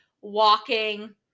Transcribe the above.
walking